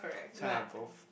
so I have both